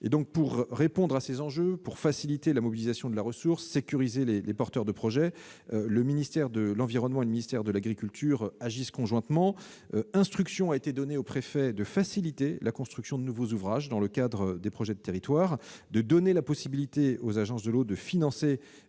Poitiers. Pour répondre à ces enjeux, faciliter la mobilisation de la ressource et sécuriser les porteurs de projet, le ministère de l'environnement et le ministère de l'agriculture agissent conjointement. Instruction a été donnée aux préfets de faciliter la construction de nouveaux ouvrages dans le cadre de projets de territoire et de donner la possibilité aux agences de l'eau de financer